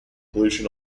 pollution